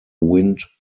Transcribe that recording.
wind